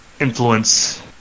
influence